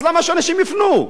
אז למה שאנשים יפנו?